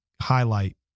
highlight